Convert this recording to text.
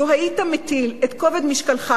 לו היית מטיל את כובד משקלך